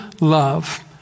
love